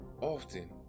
Often